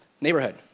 Neighborhood